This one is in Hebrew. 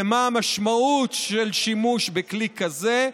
ומה המשמעות של שימוש בכלי הזה,